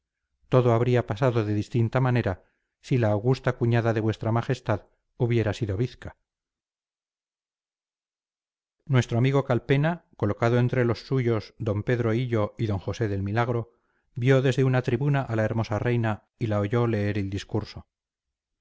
todo habría pasado de distinta manera si la augusta cuñada de vuestra majestad hubiera sido bizca nuestro amigo calpena colocado entre los suyos d pedro hillo y d josé del milagro vio desde una tribuna a la hermosa reina y la oyó leer el discurso